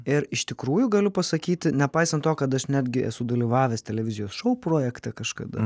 ir iš tikrųjų galiu pasakyti nepaisant to kad aš netgi esu dalyvavęs televizijos šou projekte kažkada